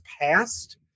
passed